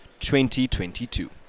2022